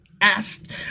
asked